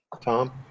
Tom